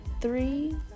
three